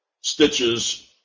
stitches